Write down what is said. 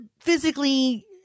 physically